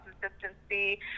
consistency